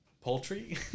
Poultry